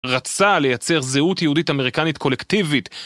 רצה לייצר זהות יהודית-אמריקנית קולקטיבית.